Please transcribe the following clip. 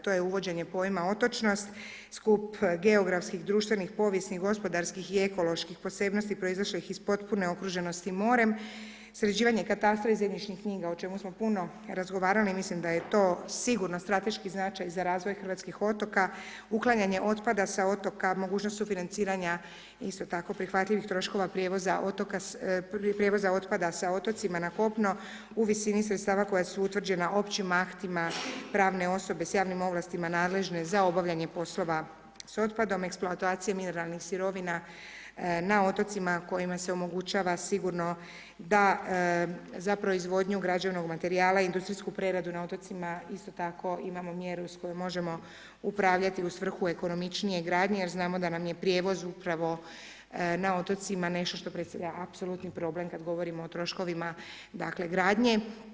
To je uvođenje pojma otočnost, skup geografskih, društvenih, povijesnih, gospodarskih i ekoloških posebnosti, proizašli iz potpune okruženosti morem, sređivanje katastra i zemljišnih knjiga o čemu smo puno razgovarali, i mislim da je to sigurno strateški značaj za razvoj hrvatskih otoka, uklanjanje otpada sa otoka, mogućnost sufinanciranja isto tako prihvatljivih troškova prijevoza otpada sa otocima na kopno, u visini sredstava koja su utvrđena općim aktima pravne osobe s javnim ovlastima nadležne za obavljanje poslova s otpadom, eksploatacija mineralnih sirovina na otocima kojima se omogućava sigurno da, za proizvodnju građevnog materijala, industrijsku preradu na otocima, isto tako imamo mjeru s kojom možemo upravljati u svrhu ekonomičnije gradnje, jer znamo da nam je prijevoz upravo na otocima nešto što predstavlja apsolutni problem kad govorimo o troškovima, dakle gradnje.